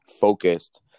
focused